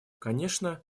конечно